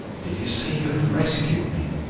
did you say you had rescued me?